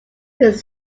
its